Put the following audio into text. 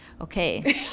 Okay